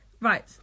Right